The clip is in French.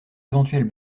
éventuelle